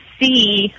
see